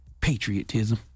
patriotism